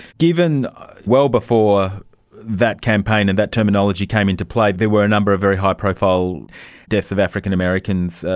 given well before that campaign and that terminology came into play there were a number of very high profile deaths of african americans,